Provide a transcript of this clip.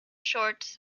shorts